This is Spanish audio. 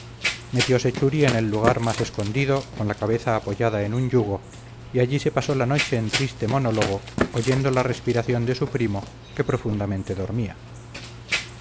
metiose churi en el lugar más escondido con la cabeza apoyada en un yugo y allí se pasó la noche en triste monólogo oyendo la respiración de su primo que profundamente dormía